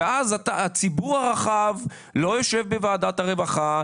הציבור הרחב לא יושב בוועדת הרווחה,